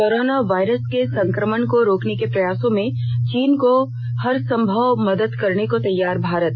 corona virus के संक्रमण को रोकने के प्रयासों में चीन के हरसंभव मदद करने को तैयार भारत